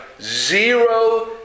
zero